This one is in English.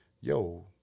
yo